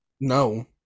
No